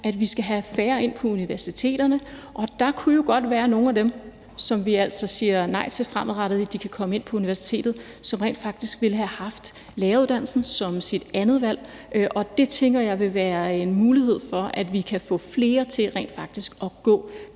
skal vi have færre ind på universiteterne. Der kunne jo godt være nogle af dem, som vi altså fremadrettet siger nej til, i forhold til at de kan komme ind på universitetet, men som rent faktisk ville have haft læreruddannelsen som deres andet valg. Det tænker jeg vil være en mulighed for, at vi ikke få flere til rent faktisk at gå